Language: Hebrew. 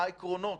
מה העקרונות,